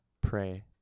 Pray